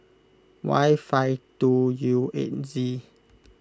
Y five two U eight Z